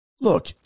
Look